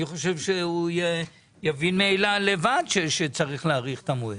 אני חושב שהוא יבין לבד שצריך להאריך את המועד.